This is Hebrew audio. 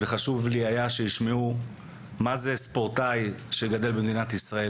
חשוב לי היה שישמעו מה זה ספורטאי שגדל במדינת ישראל,